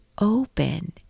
open